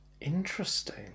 Interesting